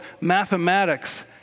mathematics